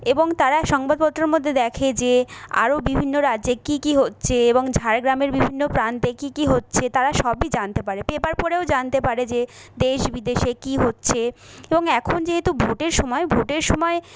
এবং তারা সংবাদপত্রর মধ্যে দেখে যে আরও বিভিন্ন রাজ্যে কী কী হচ্ছে এবং ঝাড়গ্রামের বিভিন্ন প্রান্তে কী কী হচ্ছে তারা সবই জানতে পারে পেপার পড়েও জানতে পারে যে দেশ বিদেশে কী হচ্ছে এবং এখন যেহেতু ভোটের সময় ভোটের সময়